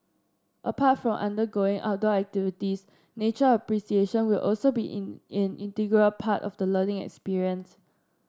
apart from undergoing outdoor activities nature appreciation will also be in an integral part of the learning experience